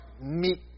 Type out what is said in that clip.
meet